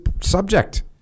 subject